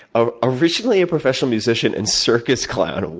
ah originally a professional musician and circus clown.